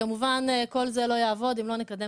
וכמובן כל זה לא יעבוד אם לא נקדם